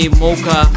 mocha